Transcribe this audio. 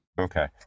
Okay